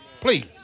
Please